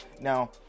Now